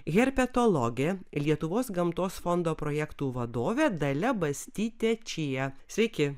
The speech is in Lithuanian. herpetologė lietuvos gamtos fondo projektų vadovė dalia bastytė čija sveiki